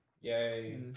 Yay